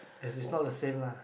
is is not the same lah